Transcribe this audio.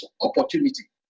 opportunity